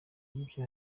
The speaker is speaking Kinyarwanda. y’ibyo